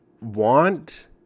want